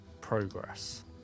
Progress